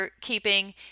keeping